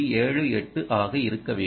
78 ஆக இருக்க வேண்டும்